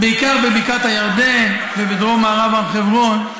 בעיקר בבקעת הירדן ובדרום מערב הר חברון.